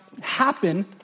happen